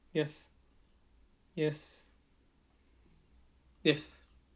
yes yes yes